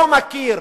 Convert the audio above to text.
לא מכיר